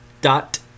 dot